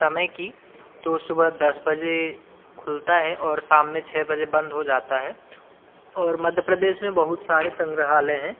समय की तो सुबह दस बजे खुलता है और शाम में छः बजे बंद हो जाता है और मध्य प्रदेश में बहुत सारे संग्रहालय हैं